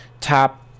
tap